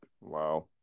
Wow